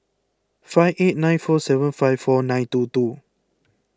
five eight nine four seven five four nine two two